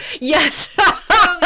Yes